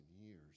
years